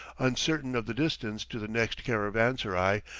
uncertain of the distance to the next caravanserai,